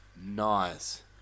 nice